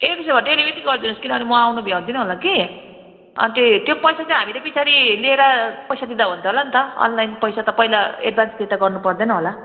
ए त्यसो भए डेलिभेरी गरिदिनुहोस् किनभने म आउनु भ्याउँदिन होला कि अन्त त्यो त्यो पैसा चाहिँ हामीले पछाडि लिएर पैसा दिँदा हुन्छ होला न् त अनलाइन पैसा त पैला एडभान्स पे त गर्नु पर्दैन होला